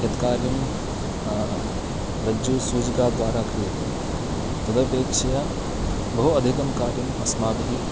यत् कार्यं रज्जुसूचिकाद्वारा क्रियते तदपेक्षया बहु अधिकं कार्यम् अस्माभिः